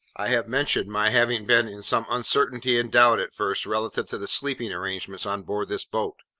i have mentioned my having been in some uncertainty and doubt, at first, relative to the sleeping arrangements on board this boat.